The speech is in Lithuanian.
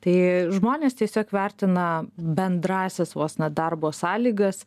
tai žmonės tiesiog vertina bendrąsias vos ne darbo sąlygas